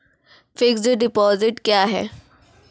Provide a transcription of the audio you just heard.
Fixed deposit क्या हैं?